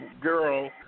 girl